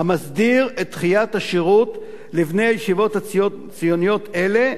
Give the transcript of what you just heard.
המסדירה את דחיית השירות לבני ישיבות ציוניות אלה,